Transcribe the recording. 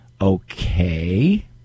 Okay